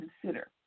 consider